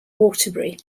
waterbury